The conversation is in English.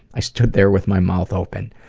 i stood there with my mouth open.